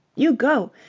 you go!